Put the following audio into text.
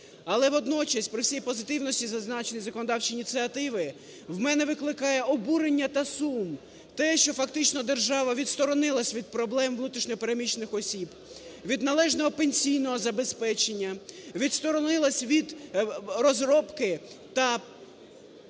Але водночас, при всій позитивності зазначеної законодавчої ініціативи, в мене викликає обурення та сум те, що фактично держава відсторонилась від проблем внутрішньо переміщених осіб, від належного пенсійного забезпечення, відсторонилась від розробки та